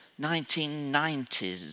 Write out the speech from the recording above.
1990s